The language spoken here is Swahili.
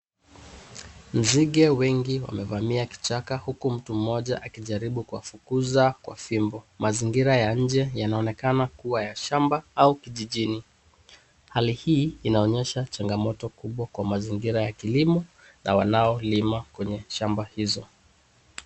Nzige wengi wamevamia kichaka huku mtu mmoja akijaribu kuwafukuza kwa fimbo , mazingira ya nje yanaonekana kuwa ya shamba au kijijini ,hali hii inaonyesha changamoto kubwa kwa mazingira ya kilimo na wanaoluma kwenye shamba hizo.